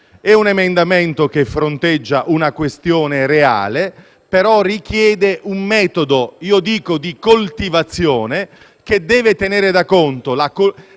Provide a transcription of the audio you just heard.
di un emendamento che fronteggia una questione reale, però richiede un metodo, che definisco di coltivazione, che deve tenere da conto